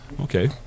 okay